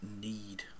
need